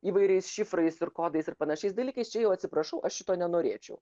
įvairiais šifrais ir kodais ir panašiais dalykais čia jau atsiprašau aš šito nenorėčiau